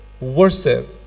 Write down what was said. worship